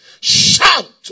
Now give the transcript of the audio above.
Shout